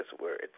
words